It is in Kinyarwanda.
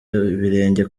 ibirenge